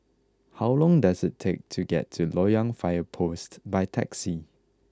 how long does it take to get to Loyang Fire Post by taxi